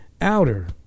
outer